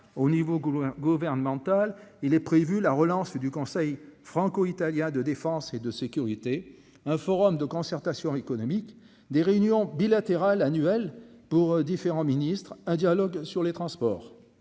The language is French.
hein gouvernemental, il est prévu la relance du conseil franco-italien de défense. Et de sécurité, un forum de concertation économique des réunions bilatérales annuelles pour différents ministres un dialogue sur les transports